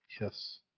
Yes